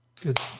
Good